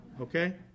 okay